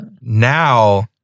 now